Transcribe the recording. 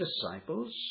disciples